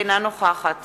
אינה נוכחת